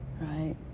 Right